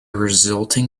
resulting